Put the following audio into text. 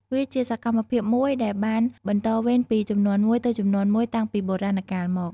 វាជាសកម្មភាពមួយដែលបានបន្តវេនពីជំនាន់មួយទៅជំនាន់មួយតាំងពីបុរាណកាលមក។